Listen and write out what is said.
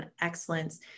excellence